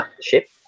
Ship